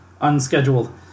unscheduled